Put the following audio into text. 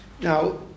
Now